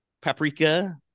paprika